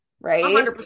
Right